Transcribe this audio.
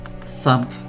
thump